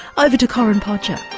over to corinne podger.